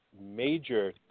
major